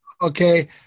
Okay